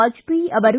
ವಾಜಪೇಯಿ ಅವರು